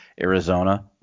Arizona